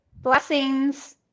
Blessings